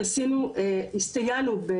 שכן הוא זרוענו הארוכה בחו"ל,